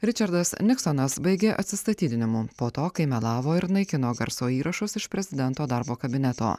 ričardas niksonas baigė atsistatydinimu po to kai melavo ir naikino garso įrašus iš prezidento darbo kabineto